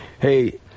hey